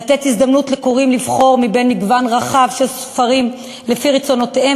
לתת הזדמנות לקוראים לבחור מבין מגוון רחב של ספרים לפי רצונותיהם